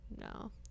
no